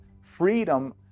freedom